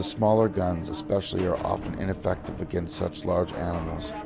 ah smaller guns especially are often ineffective against such large animals,